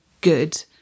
good